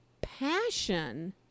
passion